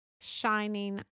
shining